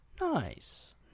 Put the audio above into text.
Nice